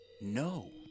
No